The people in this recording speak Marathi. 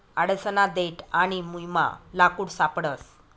आडसना देठ आणि मुयमा लाकूड सापडस